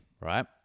right